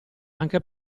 anche